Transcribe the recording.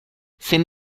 sin